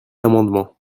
amendement